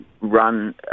run